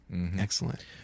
Excellent